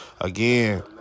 again